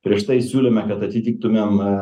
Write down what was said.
prieš tai siūlėme kad atitiktumėm